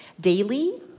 Daily